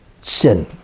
sin